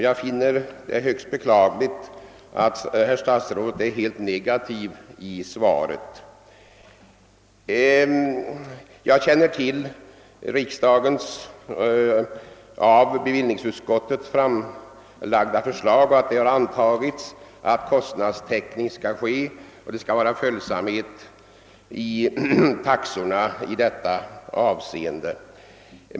Jag finner det högst beklagligt att statsrådet ställer sig helt negativ i sitt svar. Jag känner till bevillningsutskottets förslag, som riksdagen antog, att kostnadstäckning skall ske och att det skall vara följsamhet i taxorna.